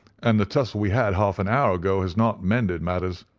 and the tussle we had half an hour ago has not mended matters.